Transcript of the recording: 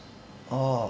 orh